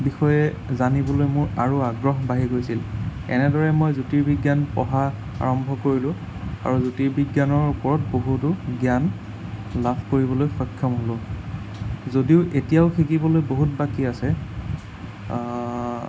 বিষয়ে জানিবলৈ মোৰ আৰু আগ্ৰহ বাঢ়ি গৈছিল এনেদৰে মই জ্যোতিৰ্বিজ্ঞান পঢ়া আৰম্ভ কৰিলোঁ আৰু জ্যোতিৰ্বিজ্ঞানৰ ওপৰত বহুতো জ্ঞান লাভ কৰিবলৈ সক্ষম হ'লো যদিও এতিয়াও শিকিবলৈ বহুত বাকী আছে